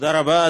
תודה רבה,